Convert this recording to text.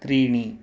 त्रीणि